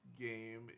game